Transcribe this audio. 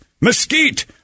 Mesquite